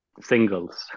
singles